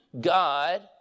God